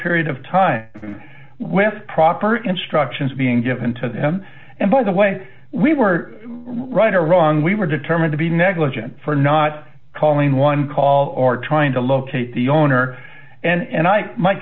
period of time with proper instructions being given to them and by the way we were right or wrong we were determined to be negligent for not calling one call or trying to locate the owner and